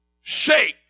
shape